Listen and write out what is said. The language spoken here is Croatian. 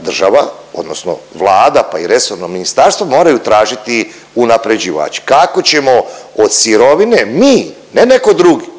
država odnosno Vlada pa i resorno ministarstvo moraju tražiti unapređivače kako ćemo od sirovine mi ne neko drugi,